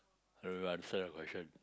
uh answer your question